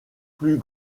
plus